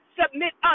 submit